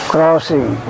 Crossing